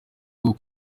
bwo